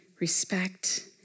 respect